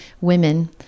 women